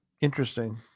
Interesting